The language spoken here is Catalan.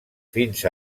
fins